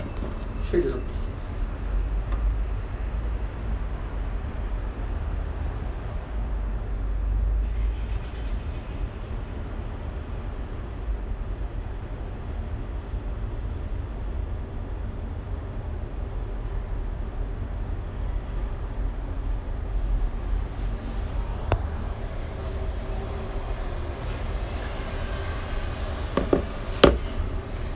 straight to the